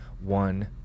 one